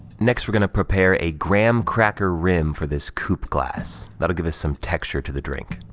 next we're gonna prepare a graham cracker rim for this coupe glass, that'll give some texture to the drink.